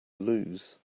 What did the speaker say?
lose